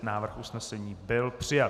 Návrh usnesení byl přijat.